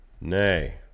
Nay